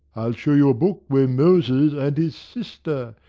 i'll shew you a book where moses and his sister,